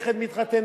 נכד מתחתן,